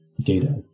data